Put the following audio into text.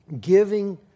giving